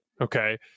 okay